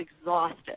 exhausted